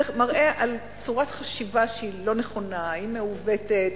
זה מראה צורת חשיבה לא נכונה, מעוותת.